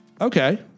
Okay